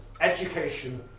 education